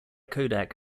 kodak